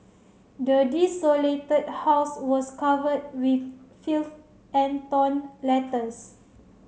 the desolated house was covered with filth and torn letters